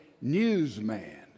newsman